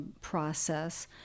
process